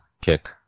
kick